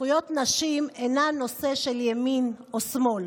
זכויות נשים אינן נושא של ימין או שמאל.